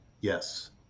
Yes